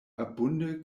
abunde